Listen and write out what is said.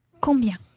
Combien